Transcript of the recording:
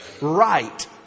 right